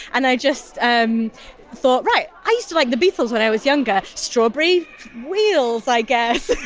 and i just um thought, right, i used to like the beatles when i was younger. strawberry wheels, i guess?